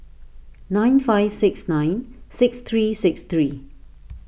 nine five six nine six three six three